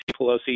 Pelosi